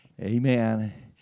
amen